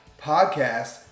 Podcast